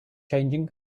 changing